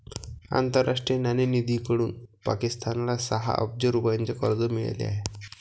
आंतरराष्ट्रीय नाणेनिधीकडून पाकिस्तानला सहा अब्ज रुपयांचे कर्ज मिळाले आहे